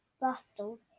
bustled